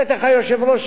בטח היושב-ראש